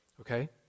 okay